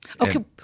Okay